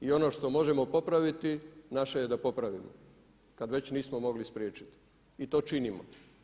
I ono što možemo popraviti naše je da popravimo kad već nismo mogli spriječiti i to činimo.